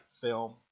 film